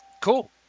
Cool